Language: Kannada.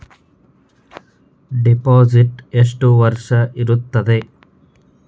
ಡಿಪಾಸಿಟ್ ಎಷ್ಟು ವರ್ಷ ಇರುತ್ತದೆ?